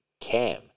cam